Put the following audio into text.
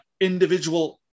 individual